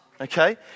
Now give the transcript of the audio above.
okay